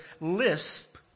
lisp